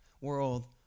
world